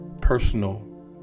personal